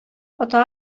ата